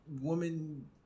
woman